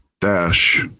dash